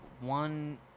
one